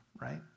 right